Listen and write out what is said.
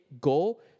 go